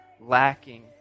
lacking